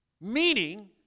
Meaning